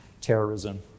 terrorism